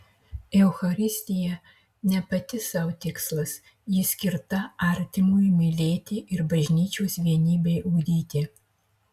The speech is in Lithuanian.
eucharistija ne pati sau tikslas ji skirta artimui mylėti ir bažnyčios vienybei ugdyti